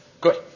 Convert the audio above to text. Good